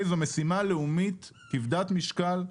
זו משימה לאומית כבדת משקל,